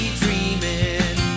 dreaming